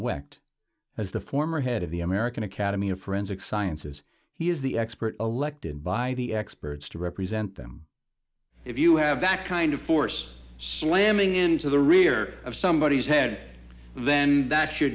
wecht as the former head of the american academy of forensic sciences he is the expert elected by the experts to represent them if you have that kind of force slamming into the rear of somebody is head then that